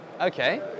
Okay